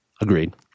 Agreed